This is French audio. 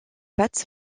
pattes